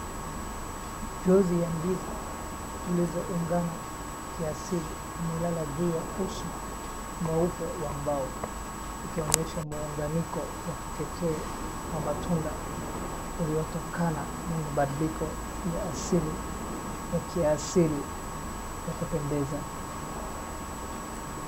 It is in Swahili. Ngozi ya ndizi zilizoungana kiasili imelala juu ya uso mweupe wa mbao ikionyesha muunganiko wa kipekee wa matunda uliotokana na mabadiliko ya kiasili ya kupendeza.